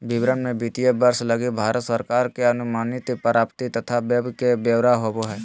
विवरण मे वित्तीय वर्ष लगी भारत सरकार के अनुमानित प्राप्ति तथा व्यय के ब्यौरा होवो हय